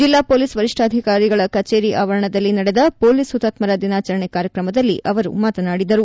ಜಿಲ್ಲಾ ಪೊಲೀಸ್ ವರಿಷ್ಠಧಿಕಾರಿಗಳ ಕಚೇರಿ ಆವರಣದಲ್ಲಿ ನಡೆದ ಪೊಲೀಸ್ ಹುತಾತ್ತರ ದಿನಾಚರಣೆ ಕಾರ್ಯಕ್ರಮದಲ್ಲಿ ಅವರು ಮಾತನಾಡಿದರು